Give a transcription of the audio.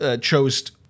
chose